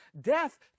death